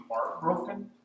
heartbroken